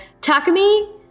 Takumi